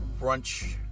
brunch